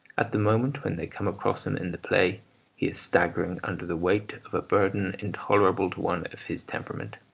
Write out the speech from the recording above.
at the moment when they come across him in the play he is staggering under the weight of a burden intolerable to one of his temperament.